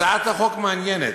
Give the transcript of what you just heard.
הצעת החוק מעניינת,